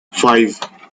five